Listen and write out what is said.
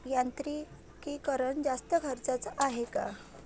यांत्रिकीकरण जास्त खर्चाचं हाये का?